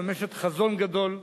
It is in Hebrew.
ומממשת חזון גדול.